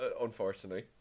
unfortunately